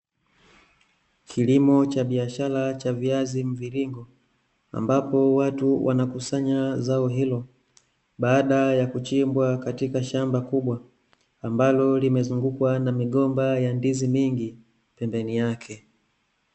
Kilimo cha biashara cha viazi mviringo ambapo watu wanakusanya zao hilo baada ya kuchimbwa katika shamba kubwa ambalo limezungukwa na migomba ya ndizi mingi pembeni yake.